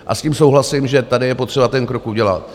S tím souhlasím, že tady je potřeba ten krok udělat.